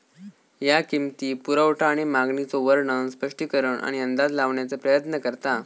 ह्या किंमती, पुरवठा आणि मागणीचो वर्णन, स्पष्टीकरण आणि अंदाज लावण्याचा प्रयत्न करता